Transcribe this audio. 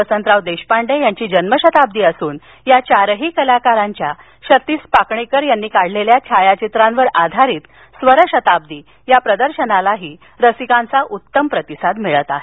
वसंतराव देशपांडे यांची जन्मशताब्दी असुन या चारही कलाकारांच्या सतीश पाकणीकर यांनी काढलेल्या छायाचित्रांवर आधारित स्वरशताब्दी या प्रदर्शनालाही रसिकांचा उत्तम प्रतिसाद मिळत आहे